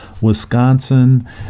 Wisconsin